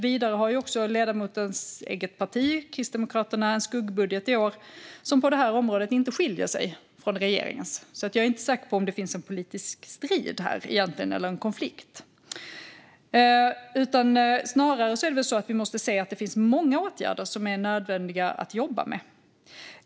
Vidare har ledamotens parti, Kristdemokraterna, en skuggbudget som på detta område inte skiljer sig från regeringens. Jag är alltså inte säker på att det finns en politisk strid eller konflikt här. Snarare måste vi se att det finns många åtgärder som är nödvändiga att jobba med.